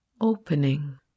opening